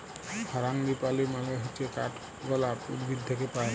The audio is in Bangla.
ফারাঙ্গিপালি মানে হচ্যে কাঠগলাপ উদ্ভিদ থাক্যে পায়